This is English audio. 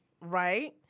right